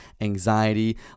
anxiety